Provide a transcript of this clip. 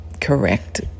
correct